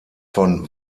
von